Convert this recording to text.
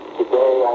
today